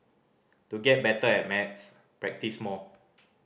to get better at maths practise more